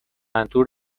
سنتور